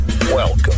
Welcome